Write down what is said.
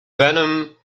venom